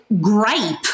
gripe